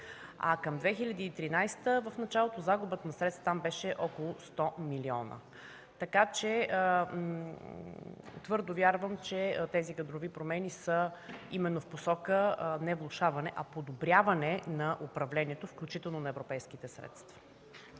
а към 2013 г., в началото, загубата на средства там беше около 100 милиона. Твърдо вярвам, че тези кадрови промени са именно в посока не влошаване, а подобряване на управлението, включително на европейските средства.